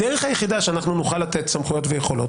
הדרך היחידה שנוכל לתת סמכויות ויכולות,